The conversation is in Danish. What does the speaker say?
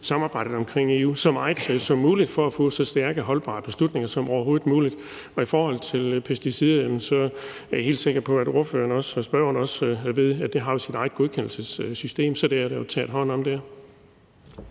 samarbejderne i EU så meget som muligt for at få så stærke og holdbare beslutninger som overhovedet muligt. I forhold til pesticider er jeg helt sikker på, at spørgeren også ved, at det har sit eget godkendelsessystem; så det er der jo taget hånd om der.